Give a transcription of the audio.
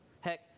Heck